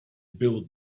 build